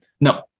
No